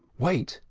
wait!